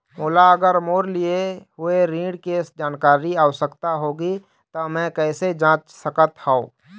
मोला अगर मोर लिए हुए ऋण के जानकारी के आवश्यकता होगी त मैं कैसे जांच सकत हव?